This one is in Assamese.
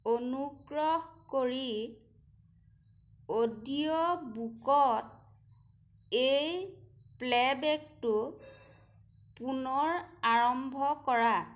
অনুগ্ৰহ কৰি অডিঅ'বুকত এই প্লে'বেকটো পুনৰ আৰম্ভ কৰা